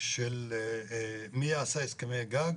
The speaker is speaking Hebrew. של מי עשה הסכמי גג